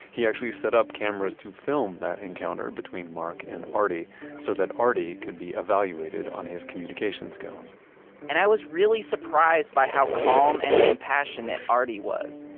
he actually set up cameras to film that encounter between marc and arti so that arti could be evaluated on his communication skills and i was really surprised by how calm and compassionate arti was.